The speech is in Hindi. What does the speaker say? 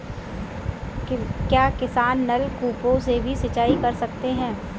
क्या किसान नल कूपों से भी सिंचाई कर सकते हैं?